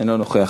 אינו נוכח.